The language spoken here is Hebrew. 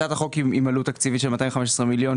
הצעת החוק עם עלות תקציבית של 215 מיליון.